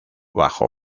bajo